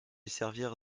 servir